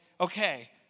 okay